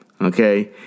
okay